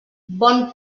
bon